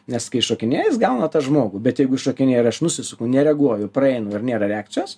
nes kai jis šokinėja jis gauna tą žmogų bet jeigu šokinėja ir aš nusisuku nereaguoju praeinu ir nėra reakcijos